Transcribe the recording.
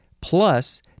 plus